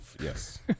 Yes